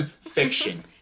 Fiction